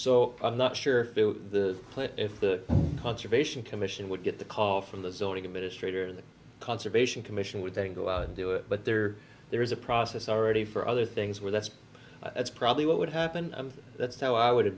so i'm not sure the plan if the conservation commission would get the call from the zoning administrator the conservation commission would then go out and do it but there there is a process already for other things where that's that's probably what would happen and that's how i would have